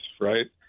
right